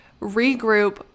regroup